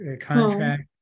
contract